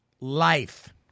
Life